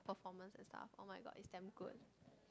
performance and stuff oh-my-god it's damn good